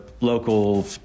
local